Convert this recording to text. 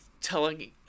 telling